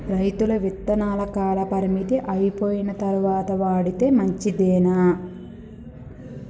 రైతులు విత్తనాల కాలపరిమితి అయిపోయిన తరువాత వాడితే మంచిదేనా?